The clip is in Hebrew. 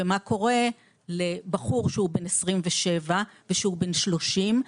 ומה קורה לבחור שהוא בן 27 ושהוא בן 30?